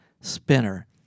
Spinner